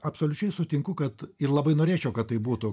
absoliučiai sutinku kad ir labai norėčiau kad tai būtų